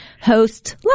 host